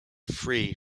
flee